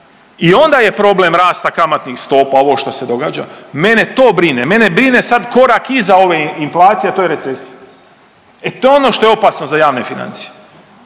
i onda je problem rasta kamatnih stopa ovo što se događa. Mene to brine, mene brine sad korak iza ove inflacije a to je recesija. E to je ono što je opasno za javne financije,